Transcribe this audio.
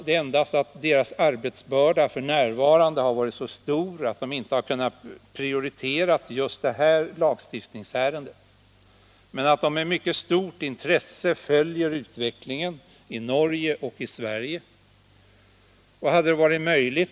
Det är bara det att man har haft så stor arbetsbörda att man inte har kunnat prioritera detta lagstiftningsärende. Men man följer utvecklingen i Norge och Sverige med mycket stort intresse.